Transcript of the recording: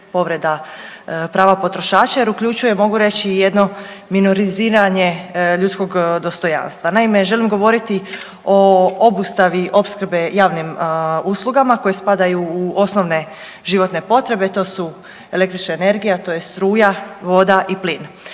povreda prava potrošača jer uključuje mogu reći i jedno minoriziranje ljudskog dostojanstva. Naime, želim govoriti o obustavi opskrbe javnim uslugama koje spadaju u osnovne životne potrebe. To su električna energija, to je struja, voda i plin.